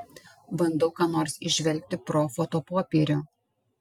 bandau ką nors įžvelgti per fotopopierių